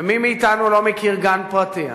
ומי מאתנו לא מכיר גן פרטי.